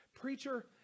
Preacher